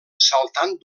saltant